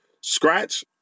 Scratch